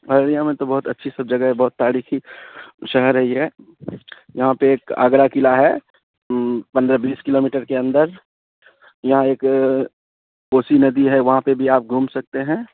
پرلیا میں تو بہت اچھی سب جگہ ہے بہت تاریخی شہر ہے ہے یہاں پہ ایک آگرہ قلعہ ہے پندرہ بیس کلو میٹر کے اندر یہاں ایک کوسی ندی ہے وہاں پہ بھی آپ گھوم سکتے ہیں